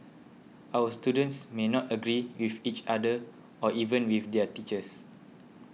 our students may not agree with each other or even with their teachers